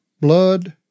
blood